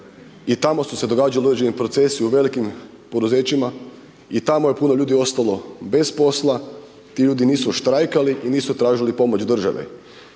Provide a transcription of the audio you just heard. i tamo su se događali određeni procesi u velikim poduzećima i tamo je puno ljudi ostalo bez posla, ti ljudi nisu štrajkali i nisu tražili pomoć države.